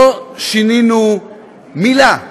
לא שינינו מילה.